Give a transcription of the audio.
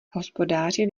hospodáři